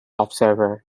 observer